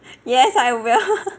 yes I will